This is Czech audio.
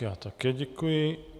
Já také děkuji.